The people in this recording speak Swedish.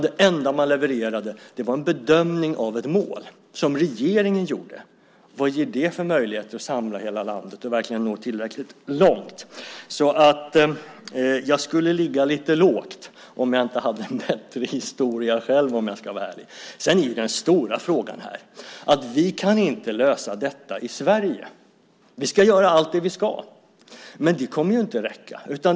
Det enda man levererade var en bedömning av ett mål som regeringen gjorde. Vad ger det för möjligheter att samla hela landet och nå tillräckligt långt? Jag skulle själv ligga lite lågt om jag inte hade en bättre historia. Den stora frågan är ju att vi inte kan lösa detta i Sverige. Vi ska göra allt det som vi ska göra, men det kommer inte att räcka.